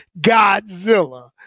Godzilla